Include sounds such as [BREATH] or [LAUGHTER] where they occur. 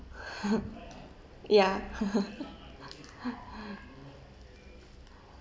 [LAUGHS] ya [LAUGHS] [BREATH]